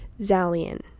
zalian